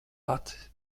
acis